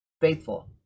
faithful